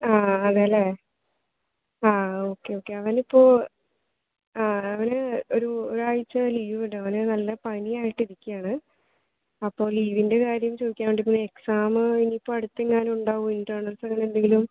ആ ആ അതെ അല്ലേ ആ ഓക്കെ ഓക്കെ അവനിപ്പോൾ ആ അവന് ഒരു ഒരാഴ്ച ലീവ് വിടു അവനേ നല്ല പനിയായിട്ടിരിക്കുകയാണ് അപ്പോൾ ലീവിൻ്റെ കാര്യം ചോദിക്കാൻ വേണ്ടി പിന്നെ എക്സാം ഇനി ഇപ്പോൾ അടുത്തെങ്ങാനും ഉണ്ടാവുമോ ഇൻ്റെണൽസ് അങ്ങനെ എന്തെങ്കിലും